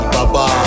Baba